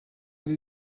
sie